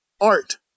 art